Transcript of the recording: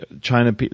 China